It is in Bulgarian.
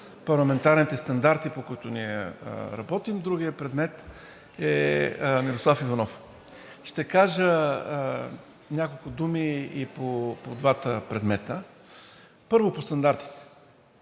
парламентарните стандарти, по които ние работим. Другият предмет е Мирослав Иванов. Ще кажа няколко думи и по двата предмета. Първо, по стандартите.